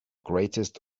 greatest